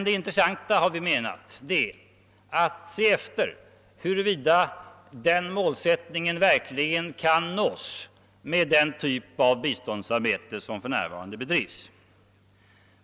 Det intressanta är, har vi menat, att se efter huruvida denna målsättning verkligen kan uppfyllas med den typ av biståndsarbete som för närvarande bedrivs.